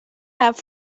have